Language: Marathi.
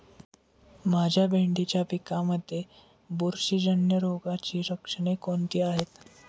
माझ्या भेंडीच्या पिकामध्ये बुरशीजन्य रोगाची लक्षणे कोणती आहेत?